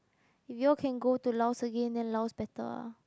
if you all can go to Laos again then Laos better ah